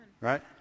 right